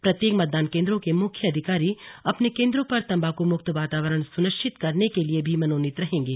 प्रत्येक मतदान केंद्र के मुख्य अधिकारी अपने केन्द्रों पर तम्बाकू मुक्त वातावरण सुनिश्चित करने के लिए भी मनोनीत रहेंगे